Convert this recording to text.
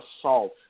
assault